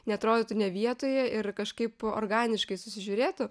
neatrodytų ne vietoje ir kažkaip organiškai susižiūrėtų